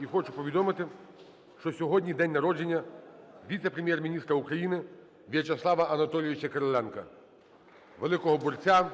І хочу повідомити, що сьогодні день народження віце-прем'єр-міністра України В'ячеслава Анатолійовича Кириленка, великого борця